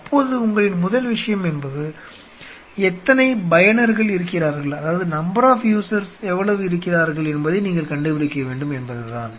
அப்போது உங்களின் முதல் விஷயம் என்பது எத்தனை பயனர்கள் இருக்கிறார்கள் என்பதை நீங்கள் கண்டுபிடிக்க வேண்டும் என்பதுதான்